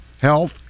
health